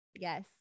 Yes